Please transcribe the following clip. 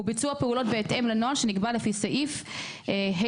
וביצוע פעולות בהתאם לנוהל שנקבע לפי סעיף 3ה(ג);